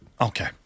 Okay